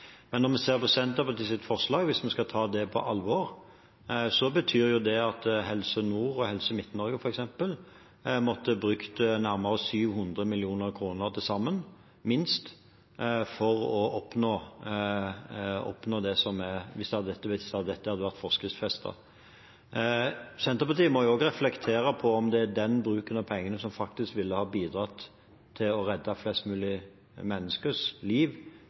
på alvor, betyr det at f.eks. Helse Nord og Helse Midt-Norge måtte ha brukt nærmere 700 mill. kr til sammen – minst – for å oppnå dette hvis det hadde vært forskriftsfestet. Senterpartiet må også reflektere over om det er den bruken av pengene som faktisk ville ha bidratt til å redde flest mulig menneskers liv